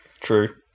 True